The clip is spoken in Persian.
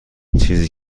چیزی